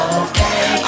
okay